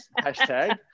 hashtag